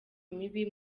mibi